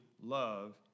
love